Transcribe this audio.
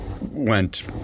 went